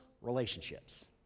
relationships